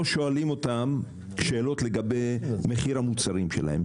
שואלים אותם שאלות לגבי מחיר המוצרים שלהם.